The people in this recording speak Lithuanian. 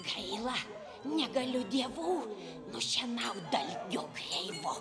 gaila negaliu dievų nušienaut dalgiu kreivu